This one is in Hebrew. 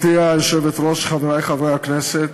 גברתי היושבת-ראש, חברי חברי הכנסת,